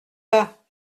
pas